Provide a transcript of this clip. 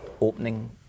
opening